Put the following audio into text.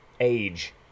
Age